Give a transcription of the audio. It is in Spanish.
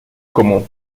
como